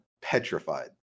petrified